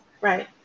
right